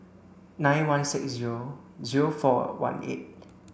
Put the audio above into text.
nine one six zero zero four one eight